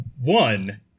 One